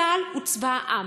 צה"ל הוא צבא העם.